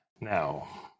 now